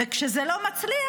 וכשזה לא מצליח,